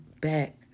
back